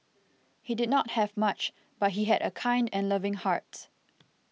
he did not have much but he had a kind and loving heart